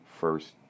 first